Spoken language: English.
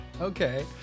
Okay